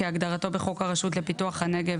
כהגדרתו בחוק הרשות לפיתוח הנגב,